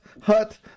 hut